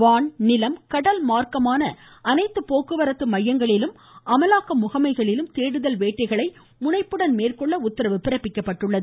வான் நிலம் கடல் மார்க்கமான அனைத்து போக்குவரத்து மையங்களிலும் அமலாக்க முகமைகளிலும் தேடுதல் வேட்டைகளை முனைப்புடன் மேற்கொள்ள உத்தரவு பிறப்பிக்கப்பட்டுள்ளது